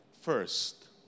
first